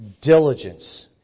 Diligence